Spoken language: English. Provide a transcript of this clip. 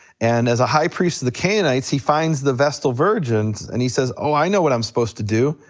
and as a high priest of the canaanites, he finds the vestal virgins, and he says oh, i know what i'm supposed to do.